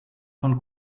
von